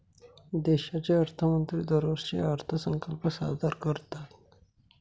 देशाचे अर्थमंत्री दरवर्षी अर्थसंकल्प सादर करतात